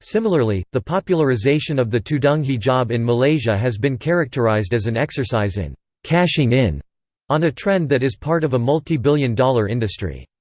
similarly, the popularisation of the tudung hijab in malaysia has been characterised as an exercise in cashing in on a trend that is part of a multibillion-dollar industry.